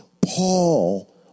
Paul